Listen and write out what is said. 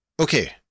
Okay